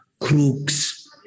Crooks